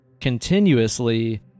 continuously